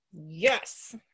Yes